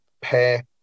pair